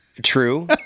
True